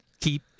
keep